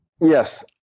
Yes